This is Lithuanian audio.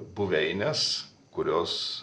buveines kurios